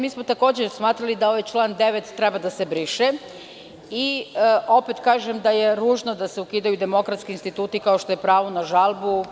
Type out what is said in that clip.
Mi smo takođe smatrali da ovaj član 9. treba da se briše i opet kažem da je ružno da se ukidaju demokratski instituti kao što je pravo na žalbu.